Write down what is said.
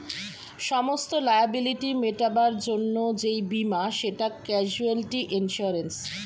সমস্ত লায়াবিলিটি মেটাবার জন্যে যেই বীমা সেটা ক্যাজুয়ালটি ইন্সুরেন্স